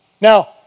Now